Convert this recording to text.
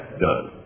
done